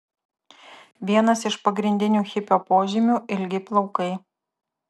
vienas iš pagrindinių hipio požymių ilgi plaukai